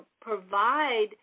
provide